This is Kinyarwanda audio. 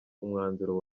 umwanzuro